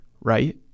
right